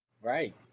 Right